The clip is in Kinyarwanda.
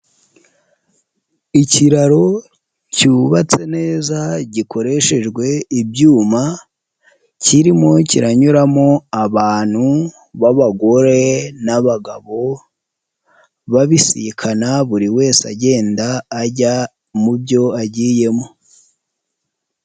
Ikiraro cyubatse neza gikoreshejwe ibyuma, kirimo kiranyuramo abantu b'abagore n'abagabo babisikana buri wese agenda ajya mu byo agiyemo.